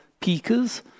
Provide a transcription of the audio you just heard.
peakers